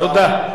תודה רבה.